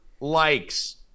Likes